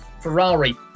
Ferrari